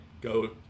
Go